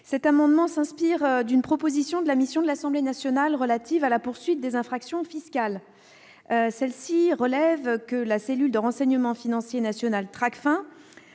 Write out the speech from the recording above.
Cet amendement s'inspire d'une proposition de la mission de l'Assemblée nationale relative à la poursuite des infractions fiscales. Cette mission relève que la cellule de renseignement financier nationale